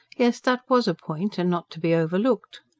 yes, that was a point, and not to be overlooked.